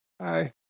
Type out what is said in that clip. Hi